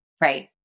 Right